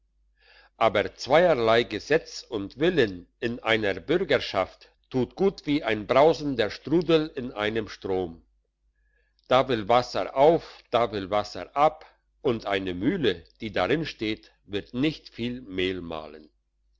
aber zweierlei gesetz und willen in einer bürgerschaft tut gut wie ein brausender strudel in einem strom da will wasser auf da will wasser ab und eine mühle die darin steht wird nicht viel mehl mahlen